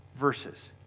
verses